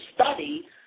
study